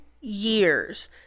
years